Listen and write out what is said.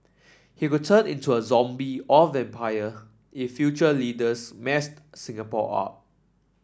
he would turn into a zombie or vampire if future leaders mess Singapore up